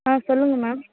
ஆ சொல்லுங்கள் மேம்